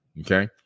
Okay